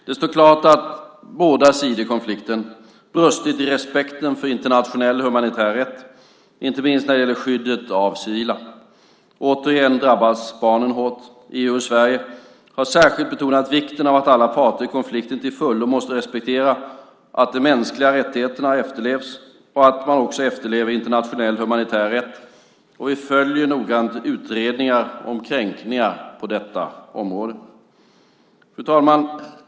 Det står klart att båda sidor i konflikten brustit i respekten för internationell humanitär rätt, inte minst när det gäller skyddet av civila. Återigen drabbas barnen hårt. EU och Sverige har särskilt betonat vikten av att alla parter i konflikten till fullo måste respektera att de mänskliga rättigheterna efterlevs och att man också efterlever internationell humanitär rätt. Vi följer noggrant utredningar om kränkningar på detta område. Fru talman!